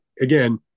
again